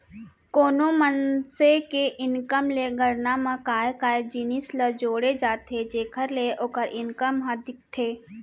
कोनो मनसे के इनकम के गणना म काय काय जिनिस ल जोड़े जाथे जेखर ले ओखर इनकम ह दिखथे?